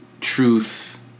truth